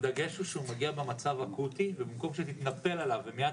הדגש הוא שהוא מגיע במצב אקוטי ובמקום שתתנפל עליו ומייד